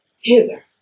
hither